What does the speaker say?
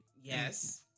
yes